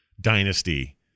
Dynasty